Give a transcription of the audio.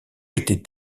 était